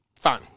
Fine